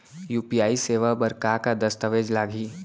UPI सेवा बर का का दस्तावेज लागही?